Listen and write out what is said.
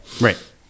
Right